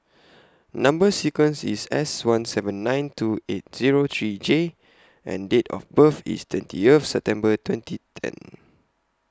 Number sequence IS S one seven nine two eight Zero three J and Date of birth IS twentieth September twenty ten